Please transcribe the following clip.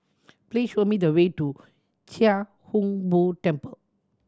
please show me the way to Chia Hung Boo Temple